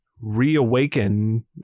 Reawaken